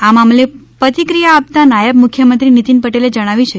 આ મામલે પ્રતિક્રીયા આપતાં નાયબ મુખ્યમંત્રી નીતિન પટેલે જણાવ્યું છે